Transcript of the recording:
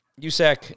USAC